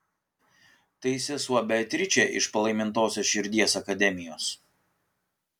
tai sesuo beatričė iš palaimintosios širdies akademijos